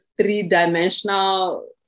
three-dimensional